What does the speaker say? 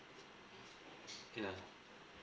yeah